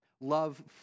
Love